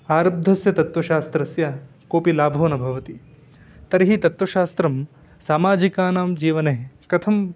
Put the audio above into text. आरब्धस्य तत्वशास्त्रस्य कोपि लाभो न भवति तर्हि तत्वशास्त्रं सामाजिकानां जीवने कथम्